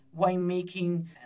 winemaking